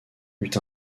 est